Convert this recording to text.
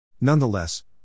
Nonetheless